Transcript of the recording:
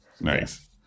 Nice